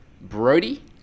Brody